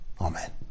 Amen